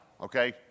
okay